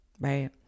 Right